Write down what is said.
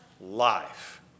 life